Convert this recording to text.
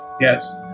yes